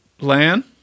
Lan